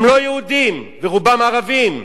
הם לא יהודים, רובם ערבים,